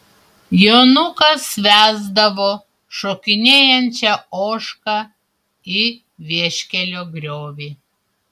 jonukas vesdavo šokinėjančią ožką į vieškelio griovį